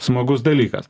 smagus dalykas